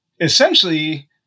essentially